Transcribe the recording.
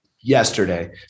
Yesterday